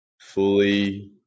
fully